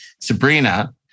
Sabrina